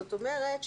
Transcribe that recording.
זאת אומרת,